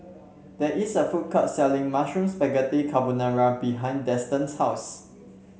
there is a food court selling Mushroom Spaghetti Carbonara behind Denton's house